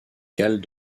galles